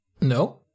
no